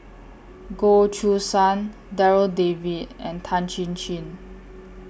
Goh Choo San Darryl David and Tan Chin Chin